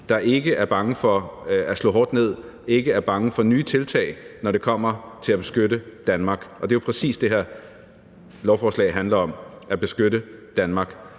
som ikke er bange for at slå hårdt ned, og som ikke er bange for nye tiltag, når det kommer til at beskytte Danmark, og det er jo præcis det, som det her lovforslag handler om, altså at beskytte Danmark,